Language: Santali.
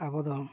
ᱟᱵᱚᱫᱚ